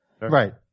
Right